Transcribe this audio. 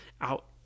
out